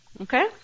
okay